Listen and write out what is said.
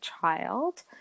child